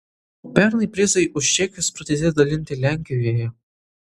pernai prizai už čekius pradėti dalinti lenkijoje